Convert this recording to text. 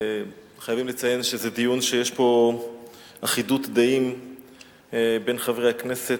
חייבים לציין שזה דיון שיש פה אחידות דעים בין חברי הכנסת.